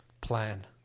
plan